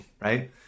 Right